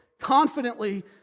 confidently